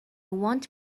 want